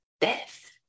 death